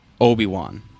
Obi-Wan